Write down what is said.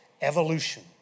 evolution